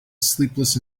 sleepless